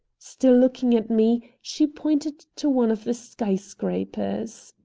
still looking at me, she pointed to one of the sky-scrapers.